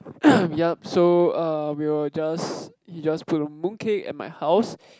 yup so er we will just he just put the mooncake at my house